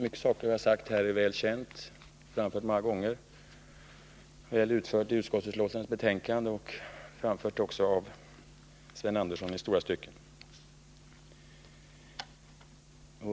Mycket av vad jag har nämnt här är väl känt och har framförts många gånger — det är utvecklat i utskottets betänkande och har även tagits upp av Sven Andersson i stora stycken.